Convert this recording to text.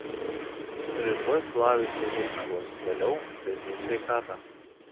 rytoj flavijus ilgai miegos vėliau taisys sveikatą